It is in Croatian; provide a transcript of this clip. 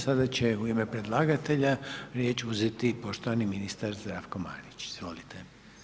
Sada će u ime predlagatelja riječ uzeti poštovani ministar Zdravko Marić, izvolite.